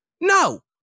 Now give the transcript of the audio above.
No